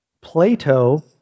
Plato